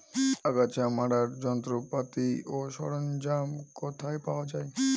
আগাছা মারার যন্ত্রপাতি ও সরঞ্জাম কোথায় পাওয়া যাবে?